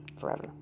forever